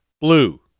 blue